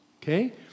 Okay